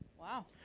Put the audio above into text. Wow